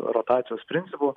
rotacijos principu